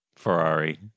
ferrari